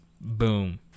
Boom